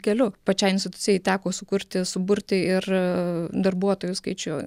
keliu pačiai institucijai teko sukurti suburti ir darbuotojų skaičių